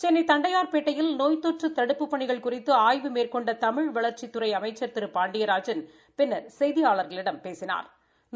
சென்னை தண்டையார்பேட்டையில் நோய் தொற்று தடுப்புப் பணிகள் குறித்து ஆய்வு மேற்கொண்ட தமிழ் வளா்ச்சித்துறை அமைச்சா் திரு பாண்டியராஜன் பின்னா் செய்தியாளா்களிடம் பேசினாா்